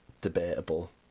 debatable